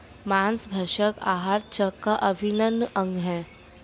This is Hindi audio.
माँसभक्षण आहार चक्र का अभिन्न अंग है